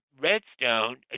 Redstone